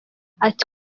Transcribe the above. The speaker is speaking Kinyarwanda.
ati